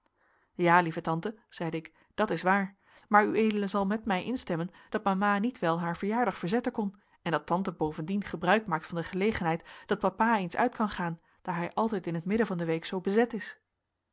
ja lieve tante zeide ik dat is waar maar ued zal met mij instemmen dat mama niet wel haar verjaardag verzetten kon en dat tante bovendien gebruik maakt van de gelegenheid dat papa eens uit kan gaan daar hij altijd in het midden van de week zoo bezet is